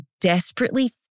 desperately